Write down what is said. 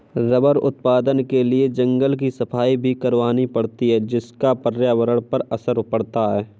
rubber उत्पादन के लिए जंगल की सफाई भी करवानी पड़ती है जिसका पर्यावरण पर असर पड़ता है